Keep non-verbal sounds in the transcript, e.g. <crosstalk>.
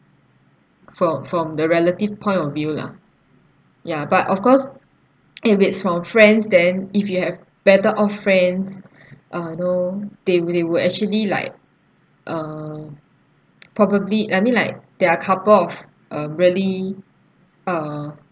from from the relative point of view lah ya but of course <noise> if it's from friends then if you have better off friends ah you know they will they will actually like uh probably I mean like there are couple of um really uh